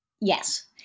Yes